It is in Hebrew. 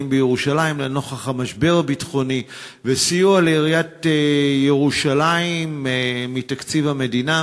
בירושלים לנוכח המשבר הביטחוני ולסיוע לעיריית ירושלים מתקציב המדינה.